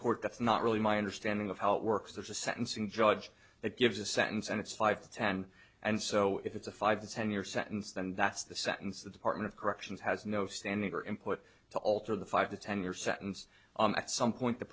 court that's not really my understanding of how it works there's a sentencing judge that gives a sentence and it's five to ten and so if it's a five to ten year sentence then that's the sentence the department of corrections has no standing or input to alter the five to ten year sentence at some point the